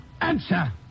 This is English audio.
Answer